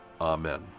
Amen